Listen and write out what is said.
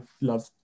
love